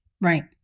Right